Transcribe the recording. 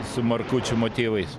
su markučių motyvais